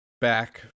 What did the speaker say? back